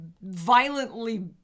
violently